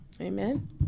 Amen